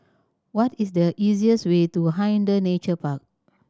what is the easiest way to Hindhede Nature Park